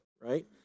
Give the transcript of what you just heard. right